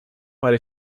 para